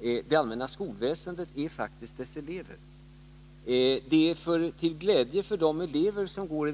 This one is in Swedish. Men det allmänna skolväsendet är faktiskt dess elever. Det allmänna skolväsendet är till glädje för de elever som ingår där.